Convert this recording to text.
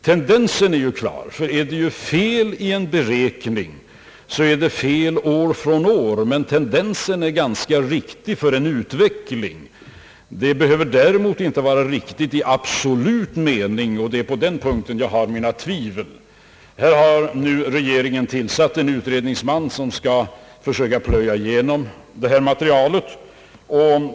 Tendensen är ju klar, ty är det fel i en beräkning är det fel år från år, och tendensen är ganska riktig för en utveckling. Det behöver däremot inte vara riktigt i absolut mening, och det är på den punkten jag har mina tvivel. Regeringen har nu tillsatt en utredningsman som skall försöka plöja igenom det här materialet.